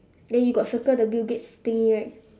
then you got circle the bill-gates thingy right